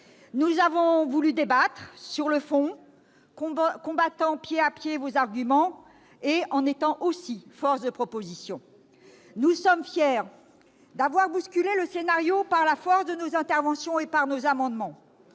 nous avons voulu débattre sur le fond, combattant pied à pied vos arguments et en étant aussi force de proposition. Nous sommes fiers d'avoir bousculé le scénario par la force de nos interventions et par nos amendements.